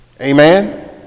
amen